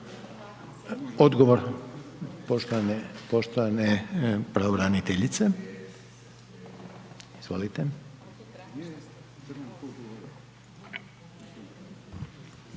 Odgovor poštovane pravobraniteljice. **Pirnat